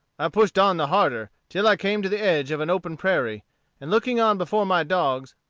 i pushed on the harder, till i came to the edge of an open prairie and looking on before my dogs,